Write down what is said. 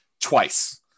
twice